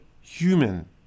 human